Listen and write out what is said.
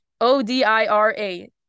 O-D-I-R-A